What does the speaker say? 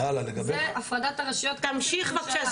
זה הפרדת הרשויות כאן בממשלה תמשיך בבקשה.